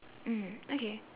mm okay